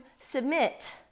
submit